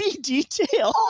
detail